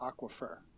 aquifer